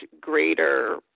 greater